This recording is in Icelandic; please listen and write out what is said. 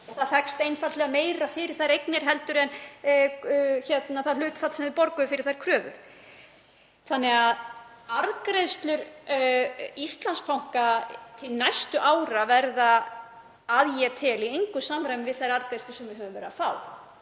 Það fæst einfaldlega meira fyrir þær eignir en sem nemur því hlutfalli sem við borguðum fyrir þær kröfur. Ég tel að arðgreiðslur Íslandsbanka til næstu ára verði í engu samræmi við þær arðgreiðslur sem við höfum verið að fá.